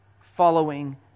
following